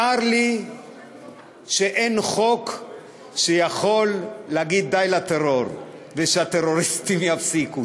צר לי שאין חוק שיכול להגיד די לטרור ושהטרוריסטים יפסיקו.